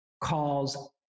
calls